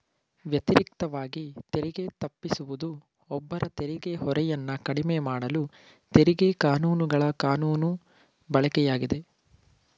ವ್ಯತಿರಿಕ್ತವಾಗಿ ತೆರಿಗೆ ತಪ್ಪಿಸುವುದು ಒಬ್ಬರ ತೆರಿಗೆ ಹೊರೆಯನ್ನ ಕಡಿಮೆಮಾಡಲು ತೆರಿಗೆ ಕಾನೂನುಗಳ ಕಾನೂನು ಬಳಕೆಯಾಗಿದೆ